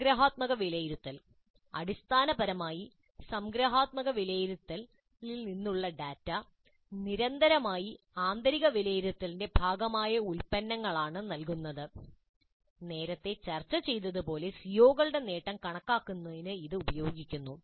സംഗ്രഹാത്മക വിലയിരുത്തൽ അടിസ്ഥാനപരമായി സംഗ്രഹാത്മക വിലയിരുത്തലിൽ നിന്നുള്ള ഡാറ്റ നിരന്തരമായ ആന്തരിക വിലയിരുത്തലിന്റെ ഭാഗമായ ഉപകരണങ്ങൾ ആണ് നൽകുന്നത് നേരത്തെ ചർച്ച ചെയ്തതുപോലെ സിഒകളുടെ നേട്ടം കണക്കാക്കുന്നതിന് ഇത് ഉപയോഗിക്കുന്നു